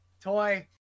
Toy